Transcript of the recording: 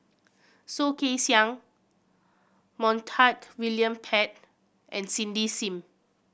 Soh Kay Siang Montague William Pett and Cindy Sim